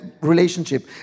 relationship